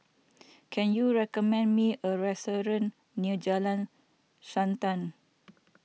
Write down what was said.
can you recommend me a restaurant near Jalan Srantan